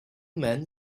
men